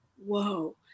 whoa